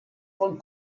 von